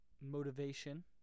motivation